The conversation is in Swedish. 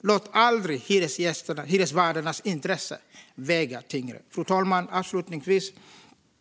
Låt aldrig hyresvärdarnas intressen väga tyngre! Fru talman! Avslutningsvis